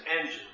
engine